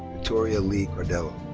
victoria leigh cardello.